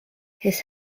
his